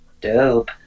Dope